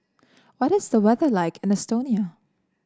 what is the weather like in Estonia